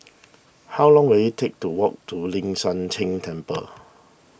how long will it take to walk to Ling San Teng Temple